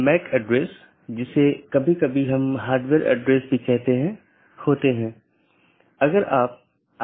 बाहरी gateway protocol जो एक पाथ वेक्टर प्रोटोकॉल का पालन करते हैं और ऑटॉनमस सिस्टमों के बीच में सूचनाओं के आदान प्रदान की अनुमति देता है